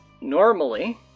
normally